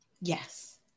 Yes